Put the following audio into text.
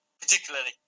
particularly